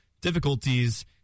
difficulties